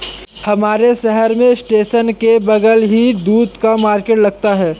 हमारे शहर में स्टेशन के बगल ही दूध का मार्केट लगता है